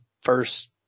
first